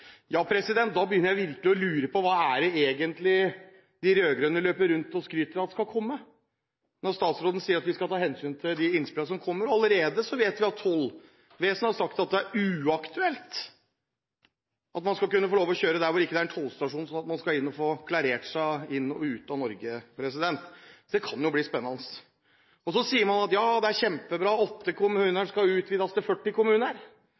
Da begynner jeg virkelig å lure på hva det egentlig er de rød-grønne løper rundt og skryter av skal komme, når statsråden sier at vi skal ta hensyn til de innspillene som kommer. Vi vet allerede at tollvesenet har sagt at det er uaktuelt å få lov til å kjøre der det ikke er en tollstasjon som kan få klarert deg inn til og ut av Norge. Dette kan bli spennende. Så sier man at det er kjempebra at prøveprosjektet skal utvides fra åtte kommuner til 40 kommuner.